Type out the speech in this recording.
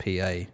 PA